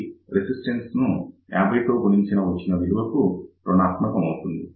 అది రెసిస్టన్స్ ను 50 తో గుణించగా వచ్చిన విలువకు రుణాత్మకమవుతుంది